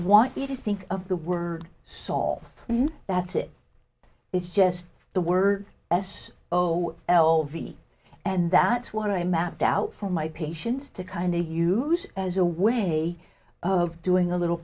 want you to think of the word solve that's it it's just the word as oh l v and that's what i mapped out for my patients to kindy use as a way of doing a little